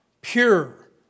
pure